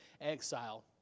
exile